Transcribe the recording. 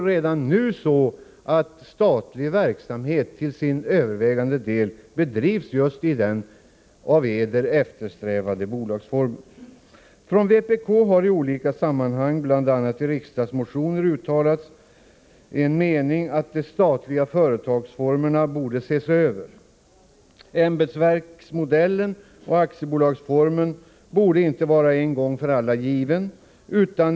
Redan nu bedrivs alltså den övervägande delen av den statliga verksamheten i den av er eftersträvade bolagsformen. Från vpk har vi i olika sammanhang, bl.a. i riksdagsmotioner, uttalat som vår mening att den statliga företagsformen borde ses över. Ämbetsverksmodellen och aktiebolagsformen borde inte vara en gång för alla givna.